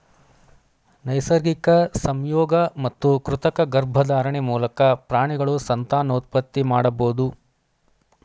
ನೈಸರ್ಗಿಕ ಸಂಯೋಗ ಮತ್ತು ಕೃತಕ ಗರ್ಭಧಾರಣೆ ಮೂಲಕ ಪ್ರಾಣಿಗಳು ಸಂತಾನೋತ್ಪತ್ತಿ ಮಾಡಬೋದು